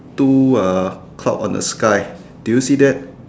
two uh cloud on the sky do you see that